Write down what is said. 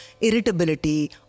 irritability